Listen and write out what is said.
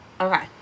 Okay